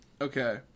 Okay